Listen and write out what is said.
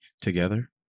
together